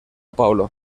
paulo